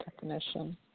definition